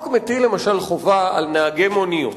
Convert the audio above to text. למשל, החוק מטיל חובה על נהגי מוניות.